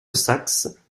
saxe